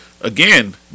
Again